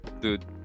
dude